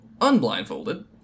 unblindfolded